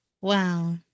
Wow